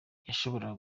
yarashoboye